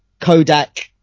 Kodak